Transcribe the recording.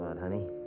Honey